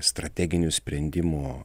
strateginio sprendimo